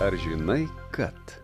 ar žinai kad